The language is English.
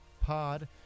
pod